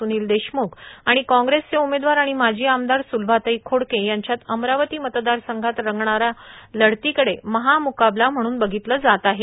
सु्नील देशम्ख आणि काँग्रेसचे उमेदवार आणि माजी आमदार स्लभाताई खोडके यांच्यात अमरावती मतदारसंघात रंगणारा लढतीकडे महाम्काबला म्हणून बधितले जात आहे